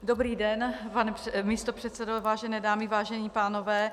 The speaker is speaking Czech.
Dobrý den, pane místopředsedo, vážené dámy, vážení pánové.